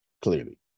Clearly